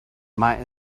might